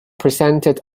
presented